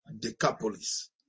Decapolis